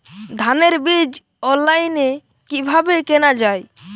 ধানের বীজ অনলাইনে কিভাবে কেনা যায়?